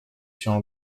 się